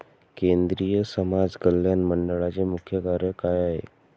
केंद्रिय समाज कल्याण मंडळाचे मुख्य कार्य काय आहे?